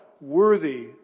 worthy